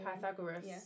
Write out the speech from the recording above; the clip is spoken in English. Pythagoras